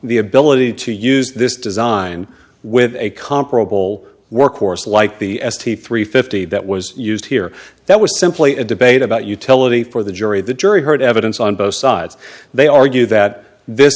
the ability to use this design with a comparable workforce like the s t three fifty that was used here that was simply a debate about utility for the jury the jury heard evidence on both sides they argue that this